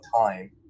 time